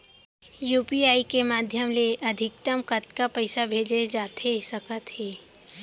UPI के माधयम ले अधिकतम कतका पइसा भेजे जाथे सकत हे?